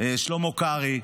שלמה קרעי,